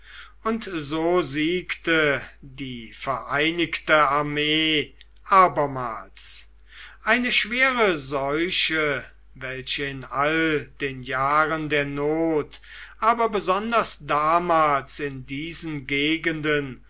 und so siegte die vereinigte armee abermals eine schwere seuche welche in all den jahren der not aber besonders damals in diesen gegenden